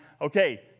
okay